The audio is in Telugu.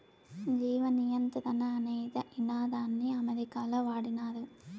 జీవ నియంత్రణ అనే ఇదానాన్ని అమెరికాలో వాడినారు